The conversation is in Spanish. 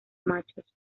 machos